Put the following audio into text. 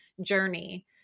journey